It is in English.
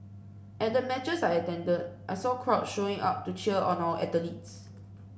at the matches I attended I saw crowds showing up to cheer on our athletes